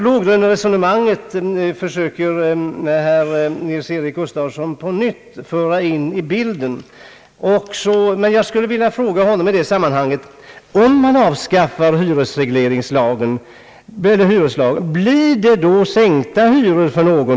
Herr Nils-Eric Gustafsson försöker på nytt föra in låglöneresonemanget i bilden. Jag skulle i detta sammanhang vilja fråga honom: Om man avskaffar hyreslagen blir det då sänkta hyror för någon?